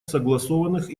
согласованных